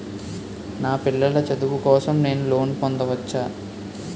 నా పిల్లల చదువు కోసం నేను లోన్ పొందవచ్చా?